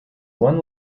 one